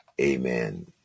Amen